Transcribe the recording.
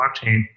blockchain